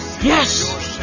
Yes